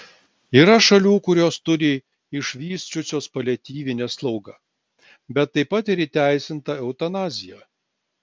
yra šalių kurios turi išvysčiusios paliatyvinę slaugą bet taip pat ir įteisintą eutanaziją